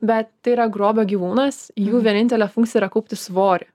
bet tai yra grobio gyvūnas jų vienintelė funkcija yra kaupti svorį